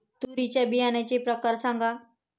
तूरीच्या बियाण्याचे प्रकार सांगा